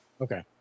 Okay